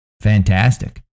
fantastic